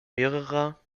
mehrerer